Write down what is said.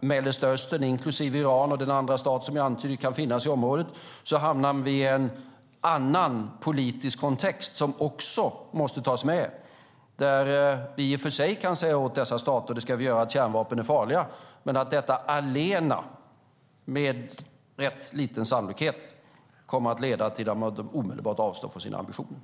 Mellanöstern, inklusive Iran och den andra stat som jag antyder kan finnas i området, hamnar vi självklart i en annan politisk kontext som också måste tas med. I och för sig kan vi säga till dessa stater, och det ska vi göra, att kärnvapen är farliga, men detta allena kommer med rätt liten sannolik att leda till att de omedelbart avstår från sina ambitioner.